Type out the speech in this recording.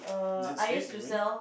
is it sweet I mean